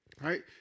Right